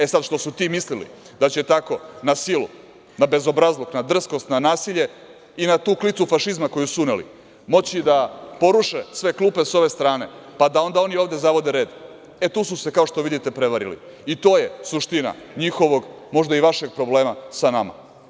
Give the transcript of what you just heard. E, sad, što su ti mislili da će tako na silu, na bezobrazluk, na drskost, na nasilje i na tu klicu fašizma koju su uneli, moći da poruše sve klupe sa ove strane, pa da onda oni ovde zavode red, e, tu su se, kao što vidite, prevarili i to je suština njihovog, možda i vašeg problema sa nama.